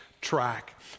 track